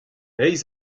aes